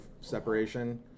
separation